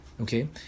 Okay